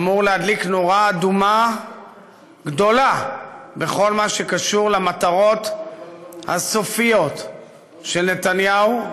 אמורה להדליק נורה אדומה גדולה בכל מה שקשור למטרות הסופיות של נתניהו,